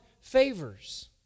favors